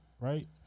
right